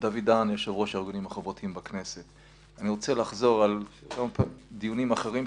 אני רוצה לחזור על מה שאמרתי בדיונים אחרים.